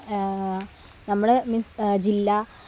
നമ്മൾ മീൻസ് ജില്ലാ